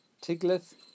Tiglath